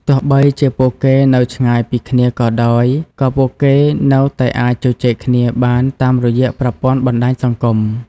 ទោះបីជាពួកគេនៅឆ្ងាយពីគ្នាក៏ដោយ ក៏ពួកគេនៅតែអាចជជែកគ្នាបានតាមរយៈប្រព័ន្ធបណ្ដាញសង្គម។